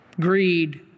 Greed